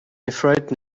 afraid